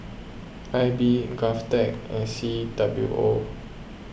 I B Govtech and C W O